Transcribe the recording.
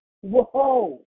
Whoa